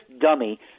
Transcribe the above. dummy